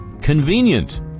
convenient